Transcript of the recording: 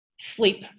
sleep